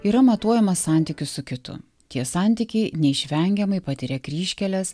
yra matuojamas santykiu su kitu tie santykiai neišvengiamai patiria kryžkeles